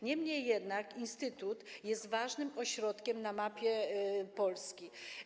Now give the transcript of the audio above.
Niemniej jednak instytut jest ważnym ośrodkiem na mapie Polski.